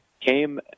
came